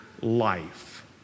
life